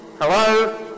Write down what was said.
Hello